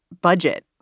budget